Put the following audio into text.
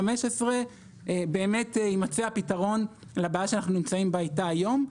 15 באמת יימצא הפתרון לבעיה שאנחנו נמצאים בה איתה היום.